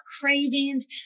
cravings